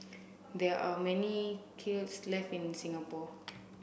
there are many kilns left in Singapore